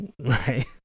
Right